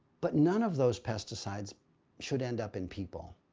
but none of those pesticides should end up in people,